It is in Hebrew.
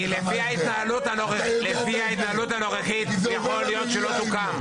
כי לפי ההתנהלות הנוכחית, יכול להיות שלא תוקם.